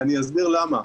ואסביר למה.